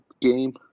game